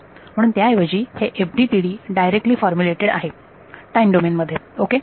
म्हणून त्या ऐवजी हे FDTD डायरेक्टली फॉर्म्युलेटेड आहे टाईम डोमेन मध्ये ओके